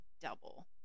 double